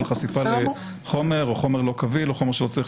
של חשיפה לחומר או חומר לא קביל או חומר שלא צריך